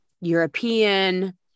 European